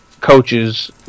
coaches